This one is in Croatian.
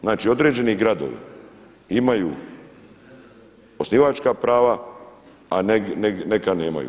Znači određeni gradovi imaju osnivačka prava, a neka nemaju.